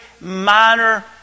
minor